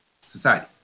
society